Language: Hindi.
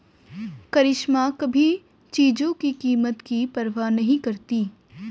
करिश्मा कभी चीजों की कीमत की परवाह नहीं करती